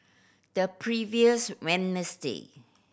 the previous Wednesday